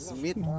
Smith